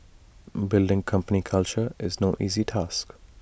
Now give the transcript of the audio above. building company culture is no easy task